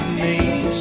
knees